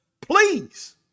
please